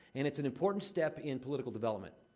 and it's an important step in political development.